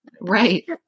Right